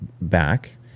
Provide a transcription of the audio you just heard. back